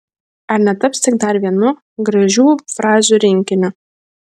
ar netaps tik dar vienu gražių frazių rinkiniu